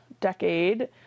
decade